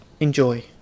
Enjoy